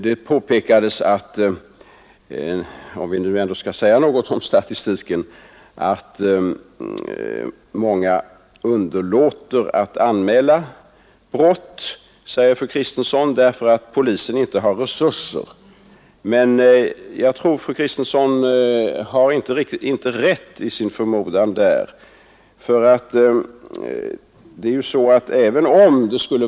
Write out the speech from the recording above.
Fru Kristensson påpekade, om vi nu ändå skall säga något om statistiken, att många människor underlåter att anmäla brott därför att polisen inte har tillräckliga resurser. Jag tror inte att fru Kristensson har rätt i sin förmodan.